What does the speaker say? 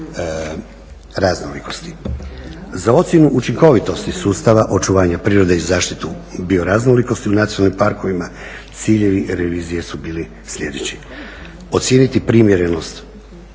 raznolikosti. Za ocjenu učinkovitosti sustava očuvanja prirode i zaštitu bioraznolikosti u nacionalnim parkovima ciljevi revizije su bili sljedeći: Ocijeniti primjerenost